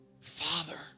Father